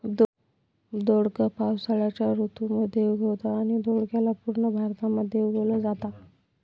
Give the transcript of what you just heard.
दोडक पावसाळ्याच्या ऋतू मध्ये उगवतं आणि दोडक्याला पूर्ण भारतामध्ये उगवल जाता